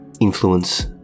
influence